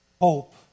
hope